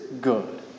good